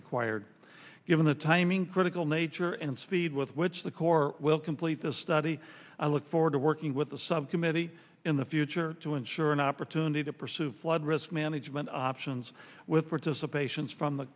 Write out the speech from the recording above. required given the timing critical nature and speed with which the corps will complete this study i look forward to working with the subcommittee in the future to ensure an opportunity to pursue flood risk management options with participations from the